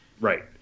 right